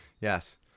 Yes